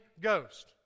Ghost